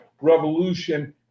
revolution